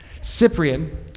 Cyprian